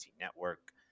Network